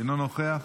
אינו נוכח,